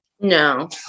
No